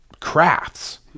crafts